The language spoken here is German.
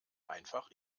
einfach